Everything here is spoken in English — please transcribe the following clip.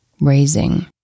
raising